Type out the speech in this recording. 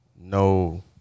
no